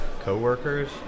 co-workers